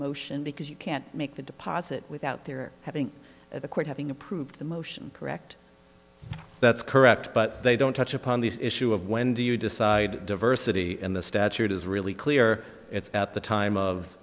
motion because you can't make the deposit without their having the court having approved the motion correct that's correct but they don't touch upon the issue of when do you decide diversity in the statute is really clear it's at the time of